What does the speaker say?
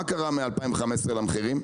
מה קרה משנת 2015 למחירים?